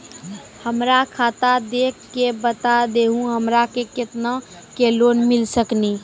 हमरा खाता देख के बता देहु हमरा के केतना के लोन मिल सकनी?